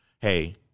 Hey